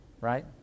right